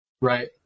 right